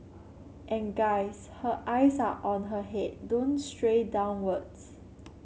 and guys her eyes are on her head don't stray downwards